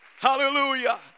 hallelujah